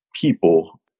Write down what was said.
people